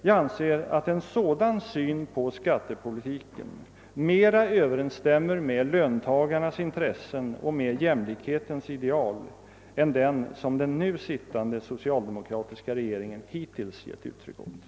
Jag anser att en sådan syn på skattepolitiken bättre överensstämmer med löntagarnas intressen och med jämlikhetens ideal än den som den nu sittande socialdemokratiska regeringen hittills givit uttryck åt.